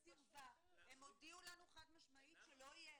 הם הודיעו לנו חד משמעית שלא יהיה,